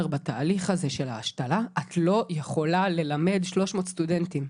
בתהליך הזה של ההשתלה את לא יכולה ללמד 300 סטודנטים".